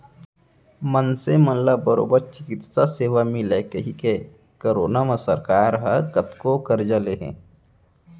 मनसे मन ला बरोबर चिकित्सा सेवा मिलय कहिके करोना म सरकार ह कतको करजा ले हे